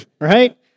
right